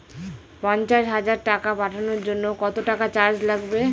পণ্চাশ হাজার টাকা পাঠানোর জন্য কত টাকা চার্জ লাগবে?